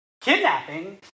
kidnapping